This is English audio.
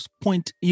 point